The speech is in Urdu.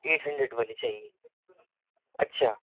ایٹ ہنڈریڈ والی چاہیے اچھا